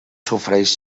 sofreix